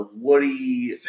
Woody